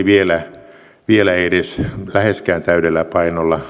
vielä edes läheskään täydellä painolla